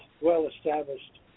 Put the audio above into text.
well-established